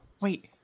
Wait